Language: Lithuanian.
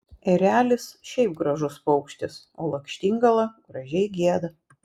erelis šiaip gražus paukštis o lakštingala gražiai gieda